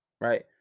right